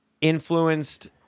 influenced